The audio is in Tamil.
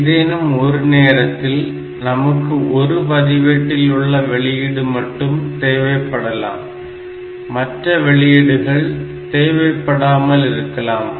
ஏதேனும் ஒரு நேரத்தில் நமக்கு ஒரு பதிவேட்டில் உள்ள வெளியீடு மட்டும் தேவைப்படலாம் மற்ற வெளியீடுகள் தேவைப்படாமல் இருக்கலாம்